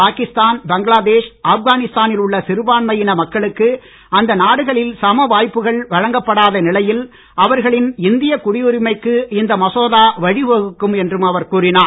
பாகிஸ்தான் பங்களாதேஷ் ஆப்கானிஸ்தானில் உள்ள சிறுபான்மையின மக்களுக்கு அந்த நாடுகளில் சம வாய்ப்புகள் வழங்கப்படாத நிலையில் அவர்களின் இந்திய குடியுரிமைக்கு இந்த மசோதா வழிவகுக்கும் என்றும் அவர் கூறினார்